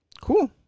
Cool